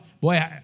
Boy